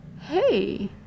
Hey